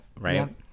right